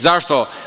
Zašto?